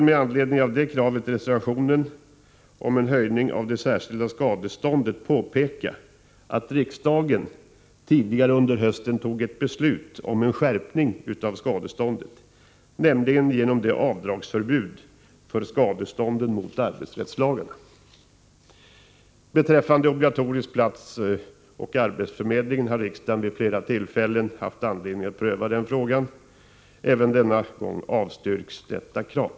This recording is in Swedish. Med anledning av kravet i reservationen på en höjning av det särskilda skadeståndet vill jag påpeka att riksdagen tidigare under hösten tog ett beslut om en skärpning av skadeståndet genom att införa förbud mot avdrag för skadestånd vid brott mot arbetsrättslagarna. Riksdagen har vid flera tillfällen haft anledning att pröva frågan om obligatorisk arbetsförmedling. Även denna gång avstyrks vpk:s krav.